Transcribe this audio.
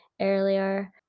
earlier